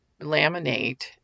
laminate